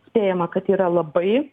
spėjama kad yra labai